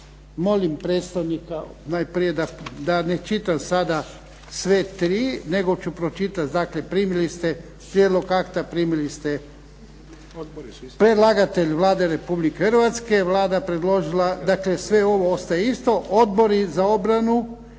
Molim predstavnika najprije da ne čitam sada sve 3 nego ću pročitati. Predlagatelj je Vlada Republike Hrvatske. Vlada je predložila, dakle sve ovo ostaje isto. Odbori za obranu